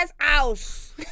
house